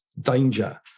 danger